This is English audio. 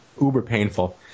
uber-painful